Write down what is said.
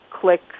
click